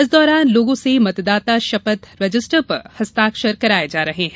इस दौरान लोगों से मतदाता शपथ रजिस्टर पर हस्तक्षर कराये जा रहे हैं